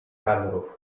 kadrów